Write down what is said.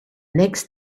next